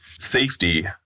Safety